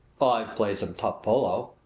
i've played some tough polo,